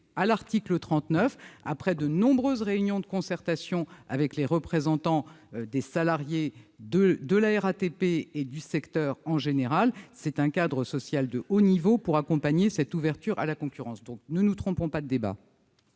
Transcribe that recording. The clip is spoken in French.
s'effectuera. Après de nombreuses réunions de concertation avec les représentants des salariés de la RATP et du secteur en général, nous vous proposons un cadre social de haut niveau pour accompagner cette ouverture à la concurrence. Ne nous trompons pas de débat